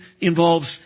involves